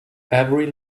every